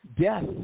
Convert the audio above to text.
death